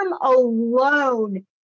alone